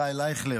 ישראל אייכלר,